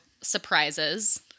surprises